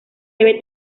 debe